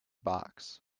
box